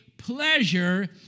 pleasure